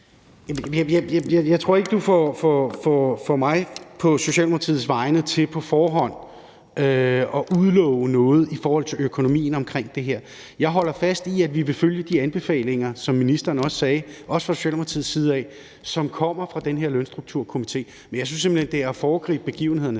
Jeg tror ikke, du får mig til på Socialdemokratiets vegne på forhånd at love noget i forhold til økonomien omkring det her. Jeg holder fast i, at vi fra Socialdemokratiets side vil følge de anbefalinger, som ministeren også sagde, som kommer fra den her Lønstrukturkomité. Men jeg synes simpelt hen, det er at foregribe begivenhedernes